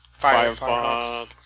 Firefox